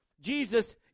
Jesus